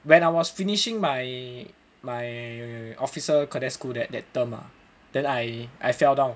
when I was finishing my my officer cadet school that that term ah then I I fell down